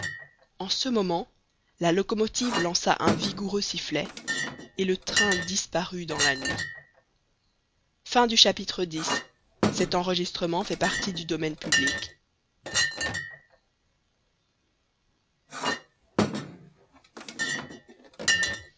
en ce moment la locomotive lança un vigoureux sifflet et le train disparut dans la nuit